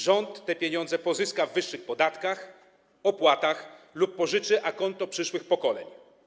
Rząd te pieniądze pozyska z wyższych podatków i opłat lub pożyczy akonto od przyszłych pokoleń.